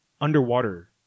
underwater